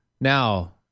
Now